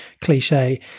cliche